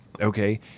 okay